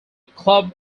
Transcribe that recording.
club